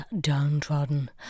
downtrodden